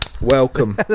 Welcome